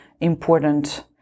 important